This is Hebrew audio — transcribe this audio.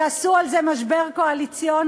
שעשו על זה משבר קואליציוני,